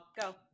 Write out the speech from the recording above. Go